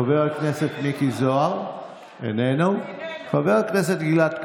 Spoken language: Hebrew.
חבר הכנסת מיקי זוהר, איננו, חבר הכנסת גלעד קריב,